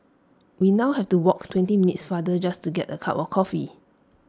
we now have to walk twenty minutes farther just to get A cup of coffee